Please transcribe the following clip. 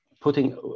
putting